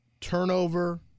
Turnover